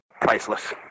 priceless